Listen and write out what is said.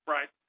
Right